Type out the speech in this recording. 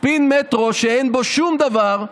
ספין מטרו שאין בו שום דבר,